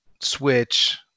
Switch